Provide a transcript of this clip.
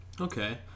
okay